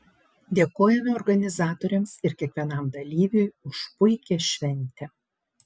dėkojame organizatoriams ir kiekvienam dalyviui už puikią šventę